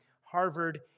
Harvard